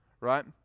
right